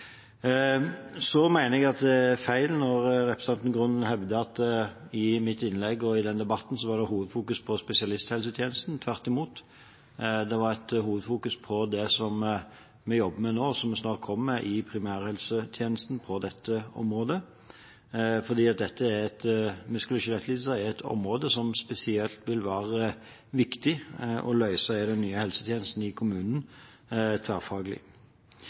Så mener jeg at det er feil når representanten Grung hevder at i mitt innlegg og i denne debatten var det hovedfokus på spesialisthelsetjenesten. Tvert imot, det var et hovedfokus på det som vi jobber med nå, som vi snart kommer med i primærhelsetjenesten på dette området, for muskel- og skjelettlidelser er et område som spesielt vil være viktig å løse i den nye helsetjenesten i kommunen tverrfaglig.